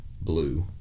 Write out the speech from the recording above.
blue